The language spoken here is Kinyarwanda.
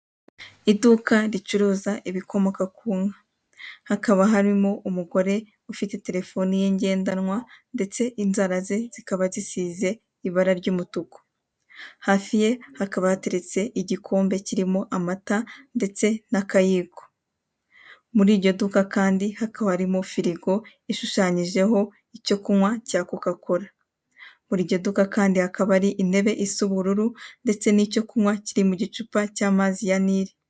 Iduka ricuruza ibikomoka kunka hakaba harimo umugore ufite telefone ye ngendanwa ndetse inzaraze zikaba zisize ibara ryumutuku hafiye hakaba hateretse igikombe kirimo amata ndetse nakayiko muriryo duka kandi hakaba harimo firigo ishushanyijeho icyokunkwa cya cocacola muriryo duka kandi hakaba harinte isubururu ndetse nicyo kunkwa kiri mumazi ya nili.